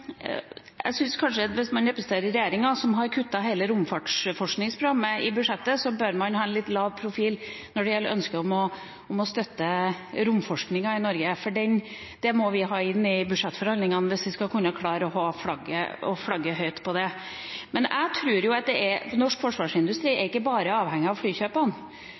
Jeg syns kanskje at hvis man representerer regjeringa, som har kuttet hele romfartsforskningsprogrammet i budsjettet, bør man ha en litt lav profil når det gjelder ønsket om å støtte romforskningen i Norge. Det må vi ha inn i budsjettforhandlingene hvis vi skal kunne klare å flagge det høyt. Men jeg tror at norsk forsvarsindustri ikke bare er avhengig av flykjøpene.